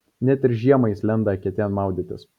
net ir žiemą jis lenda eketėn maudytis